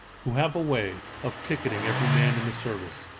who have a way of ticketing every man in the service,